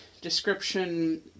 description